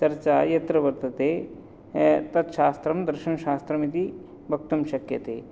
चर्चा यत्र वर्तते तत् शास्त्रं दर्शनशास्त्रमिति वक्तुं शक्यते